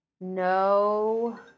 No